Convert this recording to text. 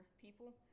people